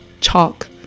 chalk